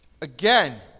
again